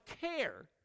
care